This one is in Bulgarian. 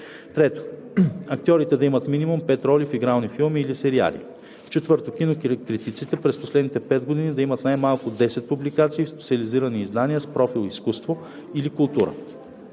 3. актьорите да имат минимум 5 роли в игрални филми или сериали; 4. кинокритиците през последните 5 години да имат най-малко 10 публикации в специализирани издания с профил „изкуство“ или „култура“.